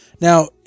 now